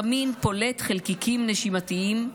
הקמין פולט חלקיקים נשימתיים,